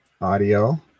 Audio